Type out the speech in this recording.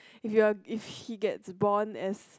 if you're if he gets born as